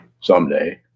someday